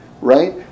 right